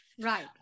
Right